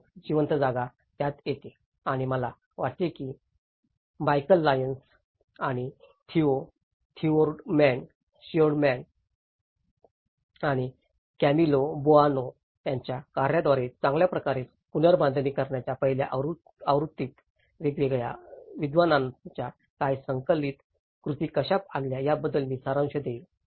त्यातच जिवंत जागा त्यात येते आणि मला वाटते मी मीकल लायन्स आणि थियो थियोल्डमॅन आणि कॅमिलो बोआनाCamillo Boana's यांच्या कार्याद्वारे चांगल्या प्रकारे पुनर्बांधणी करण्याच्या पहिल्या आवृत्तीत वेगवेगळ्या विद्वानांच्या काही संकलित कृती कशा आणल्या याबद्दल मी सारांश देईन